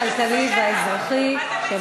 הכלכלי והאזרחי.